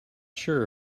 sure